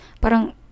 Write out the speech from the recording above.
parang